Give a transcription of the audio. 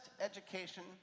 education